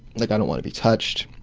like i don't want to be touched.